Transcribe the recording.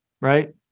Right